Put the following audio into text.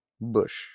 bush